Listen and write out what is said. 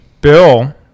Bill